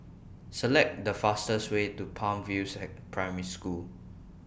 Select The fastest Way to Palm View Primary School